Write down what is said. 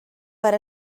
per